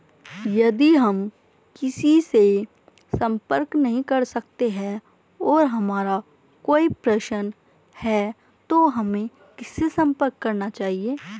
यदि हम किसी से संपर्क नहीं कर सकते हैं और हमारा कोई प्रश्न है तो हमें किससे संपर्क करना चाहिए?